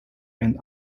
and